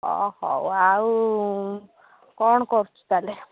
ଓ ହଉ ଆଉ କ'ଣ କରୁଛୁ ତା'ହେଲେ